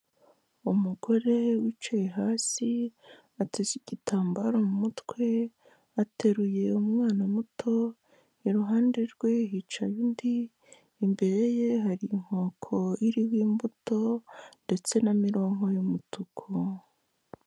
Umugore wicaye hasi, ateze igitambaro mu mutwe, ateruye umwana muto, iruhande rwe hicaye undi, imbere ye hari inkoko iriho imbuto, ndetse na mironko y'umutuku.